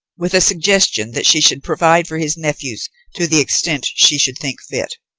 with a suggestion that she should provide for his nephews to the extent she should think fit.